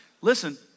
Listen